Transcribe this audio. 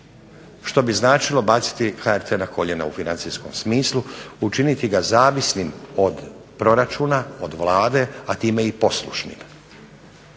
što bi značilo baciti HRT na koljena u financijskom smislu, učiniti ga zavisnim od proračuna, od Vlade, a time i poslušnim,